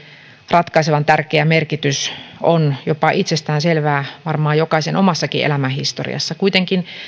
ratkaisevan tärkeä merkitys on jopa itsestäänselvää varmaan jokaisen omassakin elämänhistoriassa kuitenkin